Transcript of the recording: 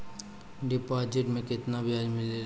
Deposit मे केतना बयाज मिलेला?